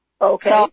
Okay